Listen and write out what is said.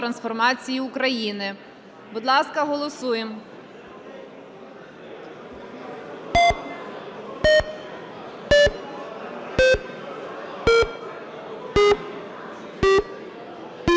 Будь ласка, голосуємо.